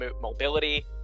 mobility